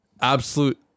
absolute